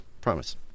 Promise